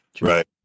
right